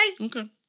Okay